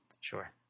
Sure